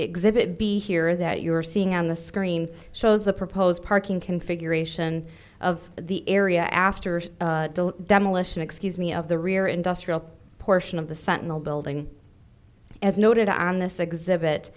exhibit b here that you are seeing on the screen shows the proposed parking configuration of the area after the demolition excuse me of the rear industrial portion of the sentinel building as noted on this ex